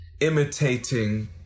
imitating